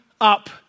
up